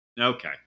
Okay